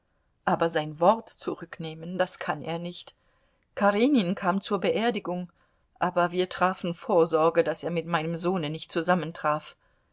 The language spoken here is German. aber sein wort zurücknehmen das kann er nicht karenin kam zur beerdigung aber wir trafen vorsorge daß er mit meinem sohne nicht